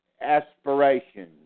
aspirations